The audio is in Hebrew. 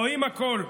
רואים הכול.